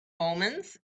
omens